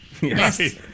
Yes